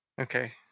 Okay